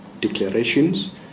declarations